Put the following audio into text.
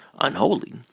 unholy